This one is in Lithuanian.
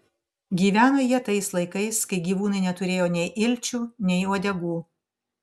gyveno jie tais laikais kai gyvūnai neturėjo nei ilčių nei uodegų